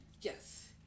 Yes